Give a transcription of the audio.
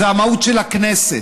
זו המהות של הכנסת.